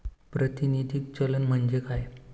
प्रातिनिधिक चलन म्हणजे काय?